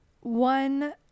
one